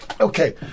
Okay